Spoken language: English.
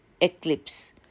Eclipse